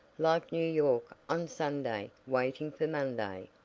like new york, on sunday, waiting for monday.